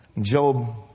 Job